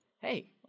hey